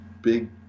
big